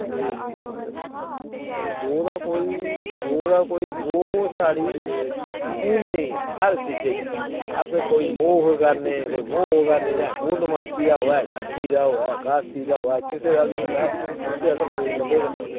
ते गौऽ दा कोई गौऽ दा कोई गौऽ साढ़ी पूज्यनीय ऐ हर चीजे च अस कोई मोख करने जां कोई पुर्णमासी दा होऐ छट्टी दा होऐ एकादशी दा होऐ किसे दा बी होऐ उत्थें अस पंज गवै दा दिन्ने